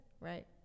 Right